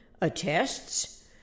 attests